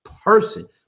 person